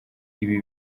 ibi